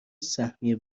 سهمیه